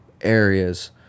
areas